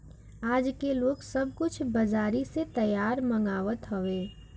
आजके लोग सब कुछ बजारी से तैयार मंगवात हवे